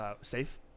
safe